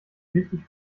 wichtig